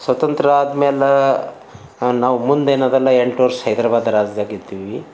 ಸ್ವತಂತ್ರ ಆದ್ಮೇಲೆ ನಾವು ಮುಂದೆ ಏನದಲ್ಲ ಎಂಟು ವರ್ಷ ಹೈದರಾಬಾದ್ ರಾಜ್ಯದಾಗ ಇದ್ವಿ